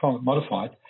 modified